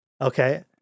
Okay